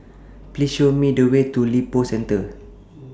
Please Show Me The Way to Lippo Centre